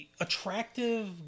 attractive